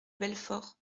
belfort